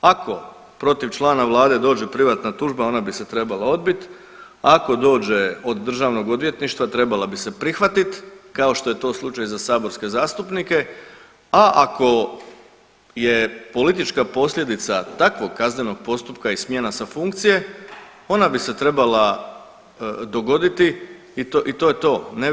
Ako protiv člana vlade dođe privatna tužba ona bi se trebala odbiti, ako dođe od Državnog odvjetništva trebala bi se prihvatiti kao što je to slučaj za saborske zastupnike, a ako je politička posljedica takvog kaznenog postupka i smjena sa funkcije ona bi se trebala dogoditi i to je to.